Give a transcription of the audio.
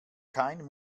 kein